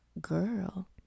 girl